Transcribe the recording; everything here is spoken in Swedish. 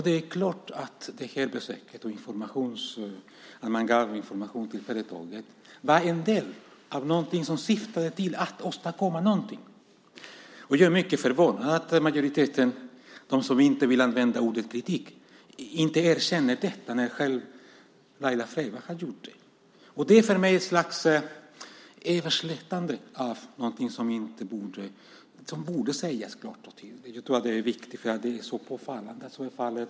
Det är klart att det här besöket och den information som gavs till företaget var en del av något som syftade till att åstadkomma någonting. Jag är mycket förvånad över att de i majoriteten som inte vill använda ordet "kritik" inte erkänner detta när Laila Freivalds själv har gjort det. Det är för mig ett slags överslätande av någonting som borde sägas klart och tydligt. Jag tror att detta är viktigt, för det är så påfallande.